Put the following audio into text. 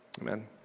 Amen